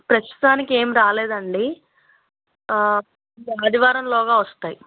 ప్రస్తుతానికేమి రాలేదండి ఆదివారంలోగా వస్తాయి